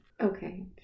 Okay